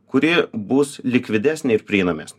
kuri bus likvidesnė ir prieinamesnė